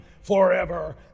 forever